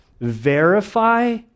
verify